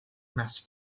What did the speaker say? mass